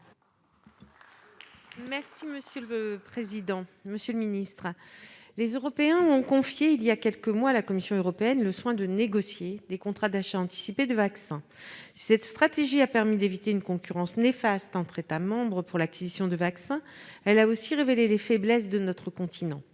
monsieur le secrétaire d'État, mes chers collègues, les Européens ont confié il y a quelques mois à la Commission européenne le soin de négocier des contrats d'achats anticipés de vaccins. Cette stratégie a permis d'éviter une concurrence néfaste entre États membres pour l'acquisition de vaccins ; elle a aussi révélé les faiblesses de notre continent.